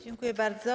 Dziękuję bardzo.